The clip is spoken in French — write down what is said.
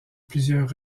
plusieurs